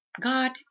God